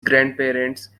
grandparents